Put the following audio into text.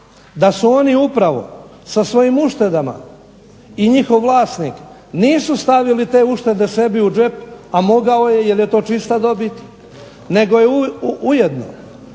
da su oni upravo sa svojim uštedama i njihov vlasnik nisu stavili te uštede u džep a mogao bi jer je to čista dobit, nego je ujedno